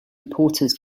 reporters